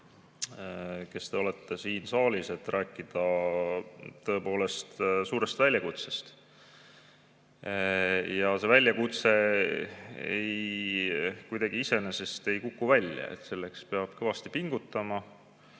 kes te olete siin saalis, et rääkida tõepoolest suurest väljakutsest! See väljakutse ei kuku kuidagi iseenesest välja, selleks peab kõvasti pingutama.